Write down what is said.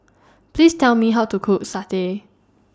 Please Tell Me How to Cook Satay